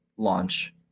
launch